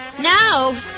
No